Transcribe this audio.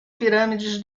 pirâmides